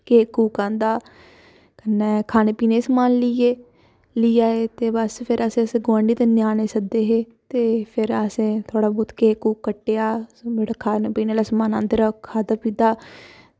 cake आह्ंदा कन्नै खाने पीने दा समान लेई आये ते बस फिर असें गोआंढी ते कन्नै ञ्यानें सद्दे हे ते फिर असें थोह्ड़ा बोह्त केक कट्टेआ जेह्ड़ा खाने पीने दा समान जेह्ड़ा अंदर रक्खे दा हा खाद्दा